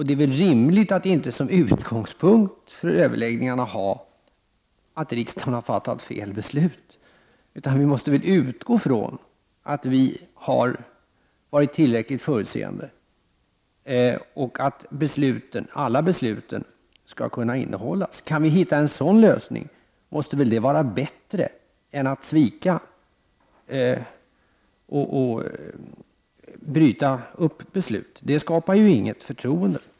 Det är väl rimligt att som utgångspunkt för överläggningarna inte ha föreställningen att riksdagen har fattat felaktiga beslut. Vi måste väl i stället utgå ifrån att vi har varit tillräckligt förutseende och att alla besluten skall kunna behållas. Om vi kan hitta en sådan lösning måste väl det vara bättre än att svika och bryta upp beslut. Ett sådant handlande skapar ju inte något förtroende.